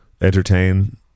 entertain